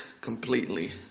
completely